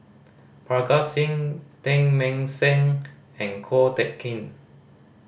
Parga Singh Teng Mah Seng and Ko Teck Kin